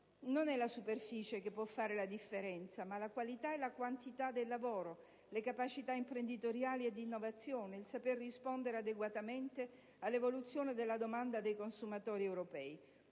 Non è la superficie che può fare la differenza, ma la qualità e la quantità del lavoro, le capacità imprenditoriali e di innovazione, il saper rispondere adeguatamente all'evoluzione della domanda dei consumatori europei.